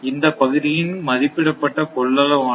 இந்தப் பகுதியின் மதிப்பிடப்பட்ட கொள்ளளவு ஆனது